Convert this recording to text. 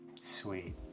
Sweet